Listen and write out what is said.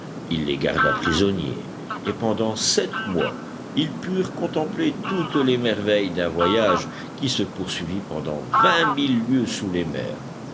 il les garda prisonniers et pendant sept mois ils purent contempler toutes les merveilles d'un voyage qui se poursuivit pendant vingt mille lieues sous les mers